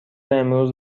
امروز